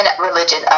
religion